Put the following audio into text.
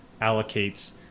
allocates